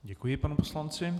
Děkuji panu poslanci.